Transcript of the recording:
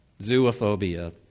Zoophobia